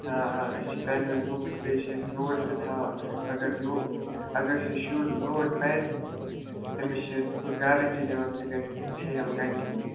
آ آ أسۍ چھِ پینَن بُکٕس بیٚیہِ چھِ اَسہِ نوٹ تہِ تھاوان اگر نوٚو اگر سُہ شُر نوٹ پَرِ تٔمِس چھَس بہٕ گارَنٹی دِوان سُہ گژھِ فیل کَنٹِنیوٗ